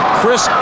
Chris